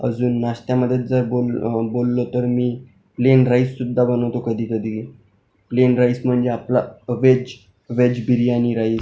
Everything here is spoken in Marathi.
अजून नाश्त्यामध्येच जर बोल बोललो तर मी प्लेन राईससुद्धा बनवतो कधीकधी प्लेन राईस म्हणजे आपला वेज वेज बिर्यानी राईस